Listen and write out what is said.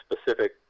specific